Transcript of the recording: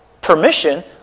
permission